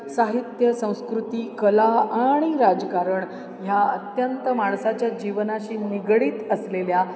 साहित्य संस्कृती कला आणि राजकारण ह्या अत्यंत माणसाच्या जीवनाशी निगडित असलेल्या